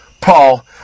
Paul